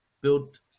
built